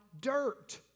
dirt